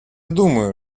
думаю